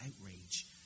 outrage